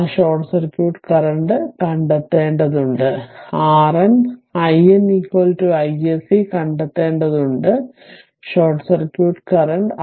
ആ short circuit current കണ്ടെത്തേണ്ടതുണ്ട് RN IN iSC കണ്ടെത്തേണ്ടതുണ്ട് ഷോർട്ട് സർക്യൂട്ട് കറന്റ്